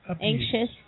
anxious